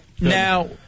Now